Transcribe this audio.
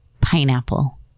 pineapple